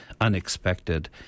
unexpected